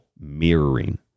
mirroring